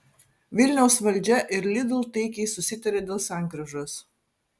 vilniaus valdžia ir lidl taikiai susitarė dėl sankryžos